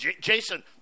Jason